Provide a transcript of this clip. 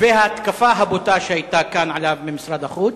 וההתקפה הבוטה שהיתה כאן עליו ממשרד החוץ?